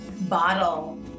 bottle